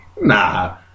Nah